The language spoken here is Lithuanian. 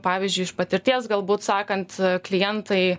pavyzdžiui iš patirties galbūt sakant klientai